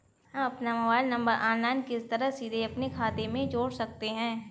हम अपना mobile number online किस तरह सीधे अपने खाते में जोड़ सकते हैं?